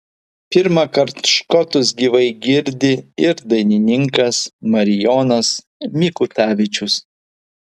pirmąkart škotus gyvai girdi ir dainininkas marijonas mikutavičius